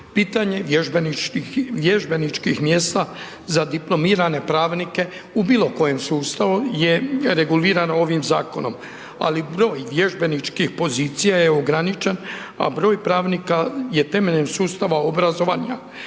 Pitanje vježbeničkih mjesta za diplomirane pravnike u bilo kojem sustavu je regulirano ovom zakonom, ali broj vježbeničkih pozicija je ograničen je ograničen, a broj pravnika je temeljem sustava obrazovanja